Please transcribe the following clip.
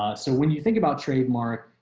ah so when you think about trademark.